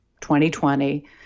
2020